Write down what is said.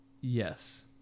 Yes